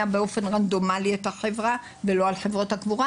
באופן רנדומלי את החברה ולא אל חברות הקבורה,